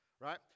right